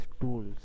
tools